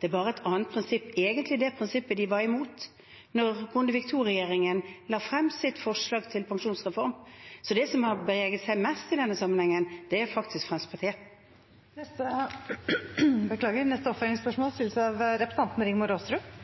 det er bare et annet prinsipp. Det er egentlig det prinsippet de var imot da Bondevik II-regjeringen la frem sitt forslag til pensjonsreform. Så de som har beveget seg mest i denne sammenhengen, er faktisk Fremskrittspartiet. Rigmor Aasrud –